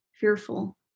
Fearful